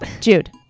Jude